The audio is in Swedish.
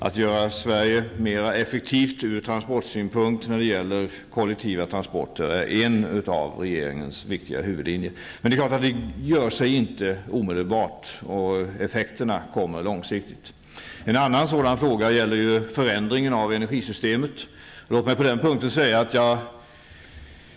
Att göra Sverige mer effektivt ur transportsynpunkt när det gäller kollektiva transporter är en av regeringens viktiga huvudlinjer. Men det är klart att det inte låter sig göras omedelbart. Effekterna kommer långsiktigt. En annan sådan fråga gäller ju förändringen av energisystemet.